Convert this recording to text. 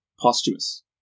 Posthumous